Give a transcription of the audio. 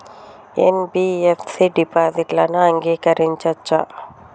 NBFC డిపాజిట్లను అంగీకరించవచ్చా?